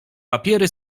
papiery